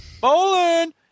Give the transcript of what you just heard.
Bowling